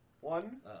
One